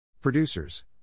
Producers